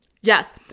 Yes